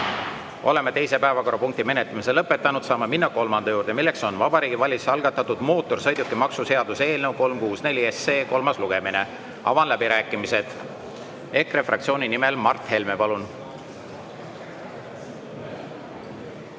Oleme teise päevakorrapunkti menetlemise lõpetanud. Saame minna kolmanda punkti juurde, milleks on Vabariigi Valitsuse algatatud mootorsõidukimaksu seaduse eelnõu 364 kolmas lugemine. Avan läbirääkimised. EKRE fraktsiooni nimel Mart Helme, palun!